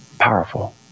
powerful